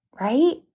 right